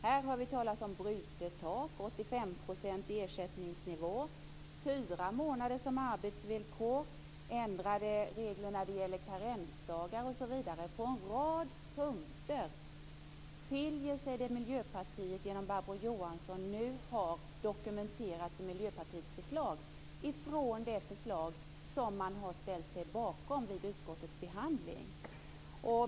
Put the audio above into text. Här hör vi talas om brutet tak, ersättningsnivå på 85 %, fyra månader som arbetsvillkor, ändrade regler när det gäller karensdagar osv. På en rad punkter skiljer sig det som Barbro Johansson nu har dokumenterat som Miljöpartiets förslag ifrån det förslag som man har ställt sig bakom vid utskottets behandling.